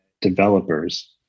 developers